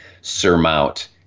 surmount